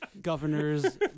governor's